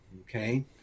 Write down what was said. Okay